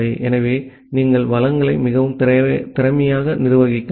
ஆகவே நீங்கள் வளங்களை மிகவும் திறமையாக நிர்வகிக்கலாம்